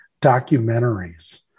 documentaries